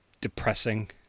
depressing